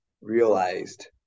realized